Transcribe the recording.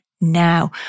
now